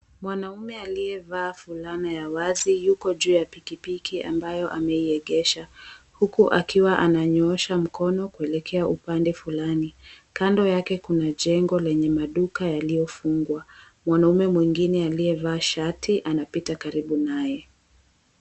Mwanaume aliyevaa fulana ya wazi yuko juu ya pikipiki ambayo ameiegesha, huku akiwa ananyoosha mkono kuelekea upande fulani. Kando yake kuna jengo lenye maduka yaliyofungwa. Mwanamume mwingine aliyevaa shati anapita karibu naye.